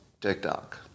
TikTok